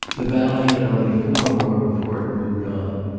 the valley had only four more before it moved on.